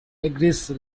agrees